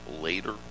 later